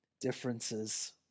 differences